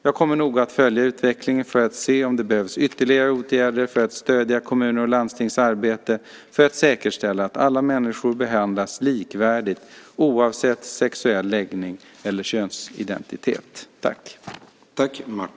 Jag kommer noga att följa utvecklingen för att se om det behövs ytterligare åtgärder för att stödja kommunernas och landstingens arbete för att säkerställa att alla människor behandlas likvärdigt oavsett sexuell läggning eller könsidentitet.